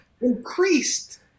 increased